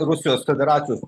rusijos federacijos